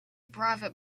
private